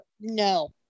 No